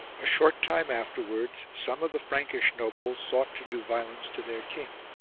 a short time afterwards some of the frankish nobles sought to do violence to their king.